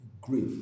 grief